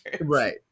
Right